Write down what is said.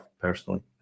personally